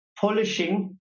polishing